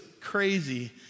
crazy